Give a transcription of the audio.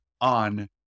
on